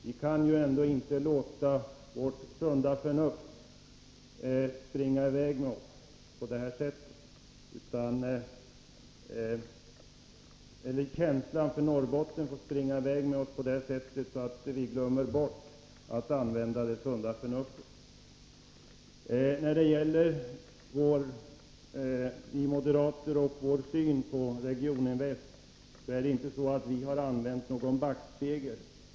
Vi kan ju ändå inte låta känslan för Norrbotten få rusa i väg med oss på det här sättet, så att vi glömmer bort att använda det sunda förnuftet. När det gäller moderaternas syn på Regioninvest är det inte så att vi har använt någon backspegel.